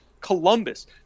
Columbus